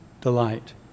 delight